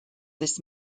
this